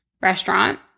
restaurant